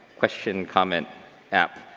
question comment app.